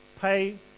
pay